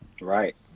Right